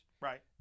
Right